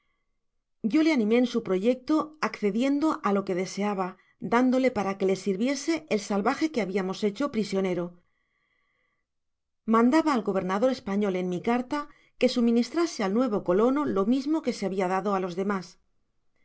yo le animó en su proyecto accediendo á lo que deseaba dándole para que le sirviese el salvaje que habiamos hecho prisionero mandaba al gobernador espaflel en mi carta que suministrase al huevo colono lo mismo que se habia dado á los demas